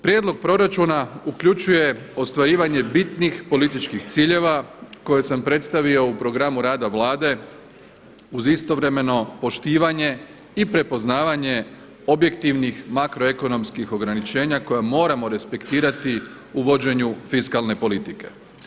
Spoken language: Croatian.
Prijedlog proračuna uključuje ostvarivanje bitnih političkih ciljeva koje sam predstavio u programu rada Vlade uz istovremeno poštivanje i prepoznavanje objektivnih makroekonomskih ograničenja koja moramo respektirati u vođenju fiskalne politike.